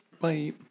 Bye